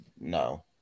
no